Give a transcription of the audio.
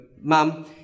mum